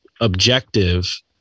objective